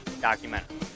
documentary